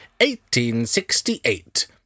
1868